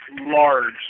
large